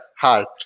heart